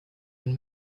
and